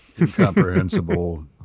incomprehensible